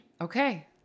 Okay